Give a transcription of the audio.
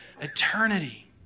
eternity